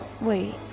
wait